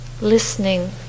listening